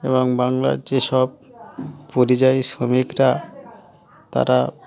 এবং বাংলার যেসব পরিযায়ী শ্রমিকরা তারা